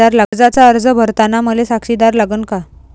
कर्जाचा अर्ज करताना मले साक्षीदार लागन का?